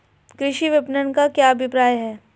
कृषि विपणन का क्या अभिप्राय है?